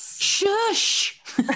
Shush